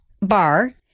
bar